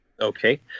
Okay